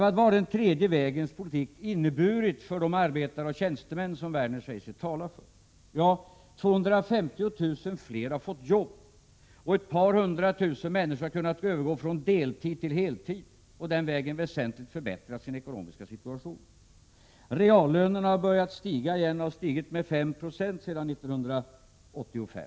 Vad har den tredje vägens politik inneburit för de arbetare och tjänstemän som Lars Werner säger sig tala för? 250 000 fler har fått jobb. Ett par hundra tusen människor har kunnat övergå från deltid till heltid och den vägen väsentligt förbättrat sin ekonomiska situation. Reallönerna har börjat stiga igen. De har stigit med 5 960 sedan 1985.